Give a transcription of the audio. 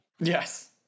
Yes